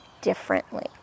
differently